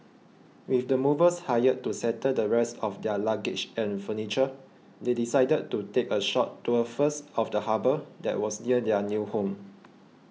with the movers hired to settle the rest of their luggage and furniture they decided to take a short tour first of the harbour that was near their new home